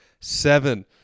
seven